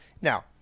Now